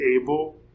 able